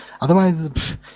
Otherwise